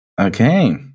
Okay